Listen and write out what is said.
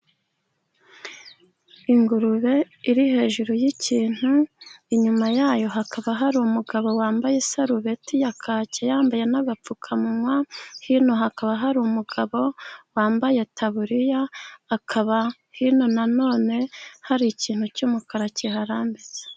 Ingurube iri hejuru y'ikintu, inyuma yayo hakaba hari umugabo wambaye isarubeti ya kake, yambaye n'agapfukawa, hino hakaba hari umugabo wambaye itaburiya, akaba hino na none hari ikintu cy'umukara kiharambitse.